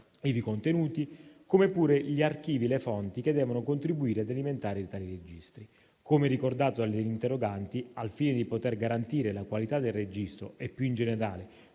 ivi contenuti, come pure gli archivi e le fonti che devono contribuire ad alimentare tali registri. Come ricordato dagli interroganti, al fine di poter garantire la qualità del registro e, più in generale,